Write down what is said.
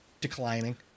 declining